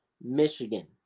Michigan